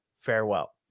farewell